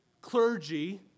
clergy